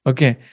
Okay